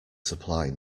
supply